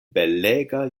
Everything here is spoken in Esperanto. belega